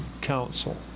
council